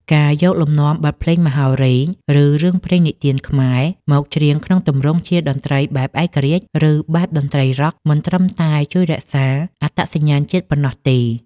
ការយកលំនាំបទភ្លេងមហោរី ឬរឿងព្រេងនិទានខ្មែរ មកច្រៀងក្នុងទម្រង់ជា តន្ត្រីបែបឯករាជ្យ ឬ បែបតន្ត្រីរ៉ក់ មិនត្រឹមតែជួយរក្សាអត្តសញ្ញាណជាតិប៉ុណ្ណោះទេ។